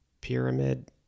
pyramid